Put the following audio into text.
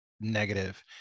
negative